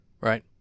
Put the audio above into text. Right